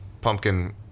pumpkin